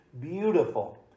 beautiful